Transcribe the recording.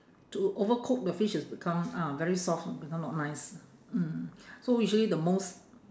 to overcook the fish is become ah very soft become not nice mm so usually the most